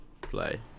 play